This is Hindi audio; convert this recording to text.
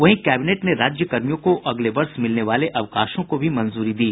वहीं कैबिनेट ने राज्यकर्मियों को अगले वर्ष मिलने वाले अवकाशों को भी मंजूरी दी